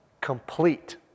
complete